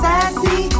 Sassy